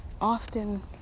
often